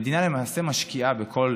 המדינה, למעשה, משקיעה בכל